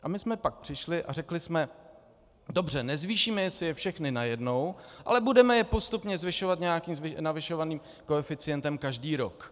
A my jsme pak přišli a řekli jsme: Dobře, nezvýšíme si je všechny najednou, ale budeme je postupně zvyšovat nějakým navyšovaným koeficientem každý rok.